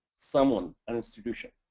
someone an institution.